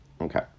Okay